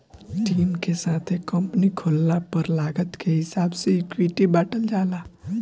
team के साथे company खोलला पर लागत के हिसाब से इक्विटी बॉटल जाला